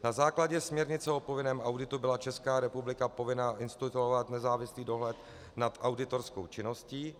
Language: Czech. Na základě směrnice o povinném auditu byla Česká republika povinna instituovat nezávislý dohled nad auditorskou činností.